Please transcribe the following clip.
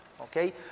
Okay